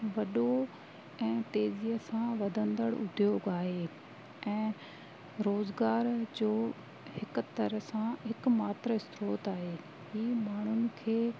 वॾो ऐं तेज़ी सां वधंदण उद्योग आहे ऐं रोज़गार जो हिक तरह सां हिक मात्र स्रोत आहे ही माण्हुनि खे